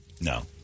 No